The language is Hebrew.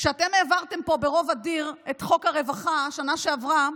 כשאתם העברתם פה ברוב אדיר את חוק הרווחה בשנה שעברה,